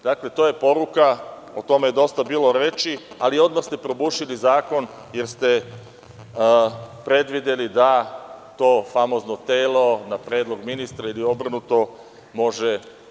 Dakle, to je poruka, o tome je dosta bilo reči, ali odmah ste probušili zakon jer ste predvideli da to famozno telo, na predlog ministra, ili obrnuto, može.